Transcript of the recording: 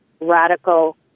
radical